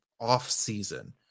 off-season